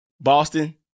Boston